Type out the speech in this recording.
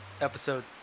episode